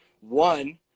one